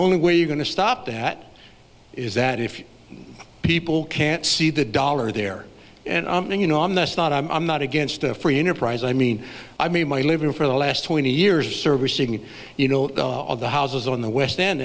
only way you're going to stop that is that if people can't see the dollar there and then you know i'm that's not i'm not against a free enterprise i mean i made my living for the last twenty years servicing you know all the houses on the west end